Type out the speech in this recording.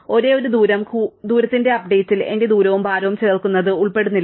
ഒരേയൊരു കാര്യം ദൂരത്തിന്റെ അപ്ഡേറ്റിൽ എന്റെ ദൂരവും ഭാരവും ചേർക്കുന്നത് ഉൾപ്പെടുന്നില്ല